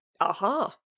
aha